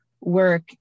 work